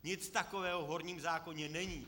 Nic takového v horním zákoně není.